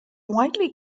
widely